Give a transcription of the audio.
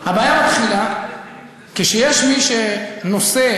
הבעיה מתחילה כשיש מי שנושא